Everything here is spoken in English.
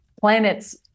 planets